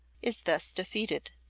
is thus defeated.